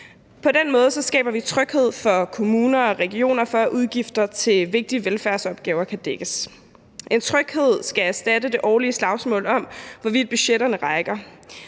På den måde skaber vi tryghed for kommuner og regioner, for at udgifter til vigtige velfærdsopgaver kan dækkes. En tryghed skal erstatte det årlige slagsmål om, hvorvidt budgetterne rækker.